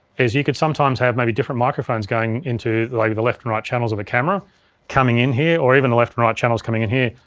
is you could sometimes have maybe different microphones going into like the left and right channels of a camera coming in here, or even the left and right channels coming in here.